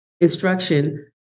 instruction